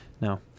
Now